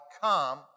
come